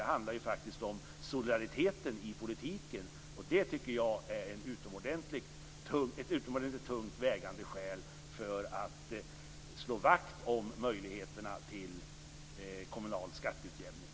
Det handlar faktiskt om solidariteten i politiken, och det tycker jag är ett utomordentligt tungt vägande skäl för att slå vakt om möjligheterna till kommunal skatteutjämning.